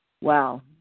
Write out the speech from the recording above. wow